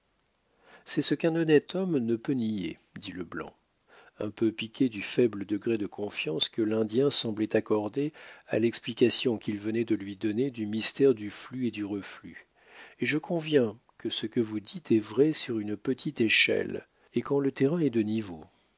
c'est ce qu'un honnête homme ne peut nier dit le blanc un peu piqué du faible degré de confiance que l'indien semblait accorder à l'explication qu'il venait de lui donner du mystère du flux et du reflux et je conviens que ce que vous dites est vrai sur une petite échelle et quand le terrain est de niveau